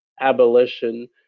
abolition